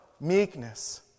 meekness